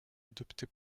adoptée